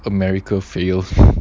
america fails